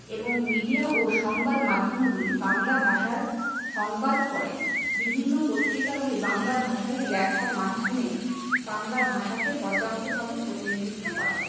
এবং মিডিয়া ও সংবাদ মাধ্যমগুলি বাংলা ভাষার সংবাদ পড়েন বিভিন্ন পত্রিকাগুলি বাংলা ভাষায় লেখার মাধ্যমে বাংলা ভাষাকে পর্যাপ্তভাবে প্রতিনিধিত্ব করে